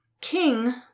King